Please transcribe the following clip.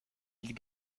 îles